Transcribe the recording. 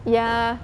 ya